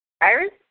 Iris